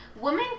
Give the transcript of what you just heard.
Women